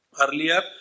Earlier